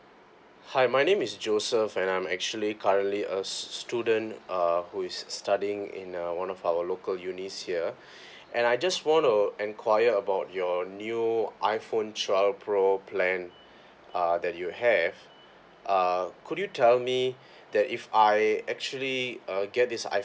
hi my name is joseph and I'm actually currently a student uh who is studying in a one of our local unis here and I just want to enquiry about your new iPhone twelve pro plan uh that you have uh could you tell me that if I actually uh get this iPhone